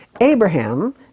Abraham